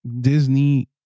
Disney